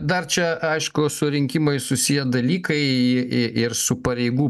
dar čia aišku su rinkimais susiję dalykai ir su pareigų